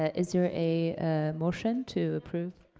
ah is there a motion to approve?